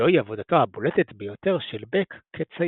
זוהי עבודתו הבולטת ביותר של בק כצייר.